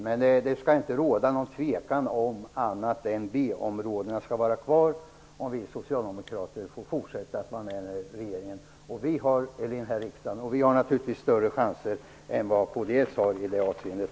Men det skall inte råda några tvivel om att någonting annat än att B områdena skall vara kvar, om vi socialdemokrater får fortsätta att vara kvar i riksdagen. Vi har naturligtvis större chanser än vad kds har i det avseendet.